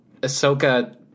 Ahsoka